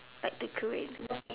like to create